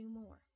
more